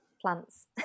plants